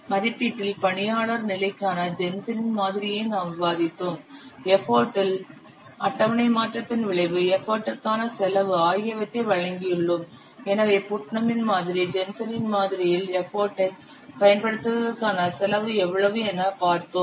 மதிப்பீட்டில் பணியாளர் நிலைக்கான ஜென்சனின் மாதிரியையும் Jensen's model நாம் விவாதித்தோம் எஃபர்ட் இல் அட்டவணை மாற்றத்தின் விளைவு எஃபர்ட்டிற்கான செலவு ஆகியவற்றை வழங்கியுள்ளோம் எனவே புட்னமின் மாதிரி ஜென்சனின் மாதிரியில் எஃபர்ட் ஐ பயன்படுத்துவதற்கான செலவு எவ்வளவு என பார்த்தோம்